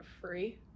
free